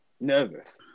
nervous